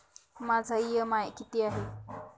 माझा इ.एम.आय किती आहे?